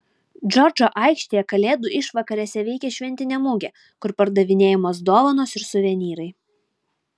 džordžo aikštėje kalėdų išvakarėse veikia šventinė mugė kur pardavinėjamos dovanos ir suvenyrai